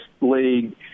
league